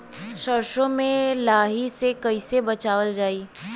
सरसो में लाही से कईसे बचावल जाई?